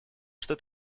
что